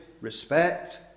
respect